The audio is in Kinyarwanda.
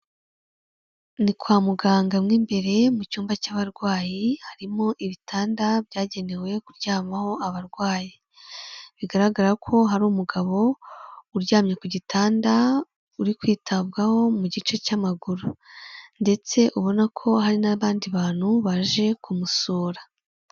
Ni kwa muganga mo imbere mu cyumba cy'abarwayi, harimo ibitanda byagenewe kuryamaho abarwayi bigaragara ko hari umugabo uryamye ku gitanda, uri kwitabwaho mu gice cy'amaguru ndetse ubona ko hari n'abandi bantu baje kumusura.